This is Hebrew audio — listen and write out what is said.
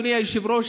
אדוני היושב-ראש,